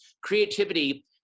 creativity